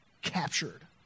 captured